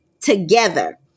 together